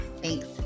Thanks